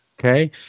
Okay